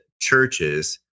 churches